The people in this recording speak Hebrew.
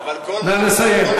נא לסיים.